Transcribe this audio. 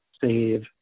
save